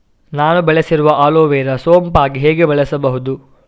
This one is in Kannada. ನಾನು ಬೆಳೆಸಿರುವ ಅಲೋವೆರಾ ಸೋಂಪಾಗಿ ಹೇಗೆ ಬೆಳೆಸಬಹುದು?